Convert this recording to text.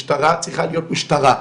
משטרה צריכה להיות משטרה,